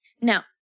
Now